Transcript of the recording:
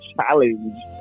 challenge